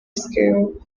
scale